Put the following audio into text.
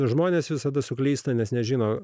žmonės visada suklysta nes nežino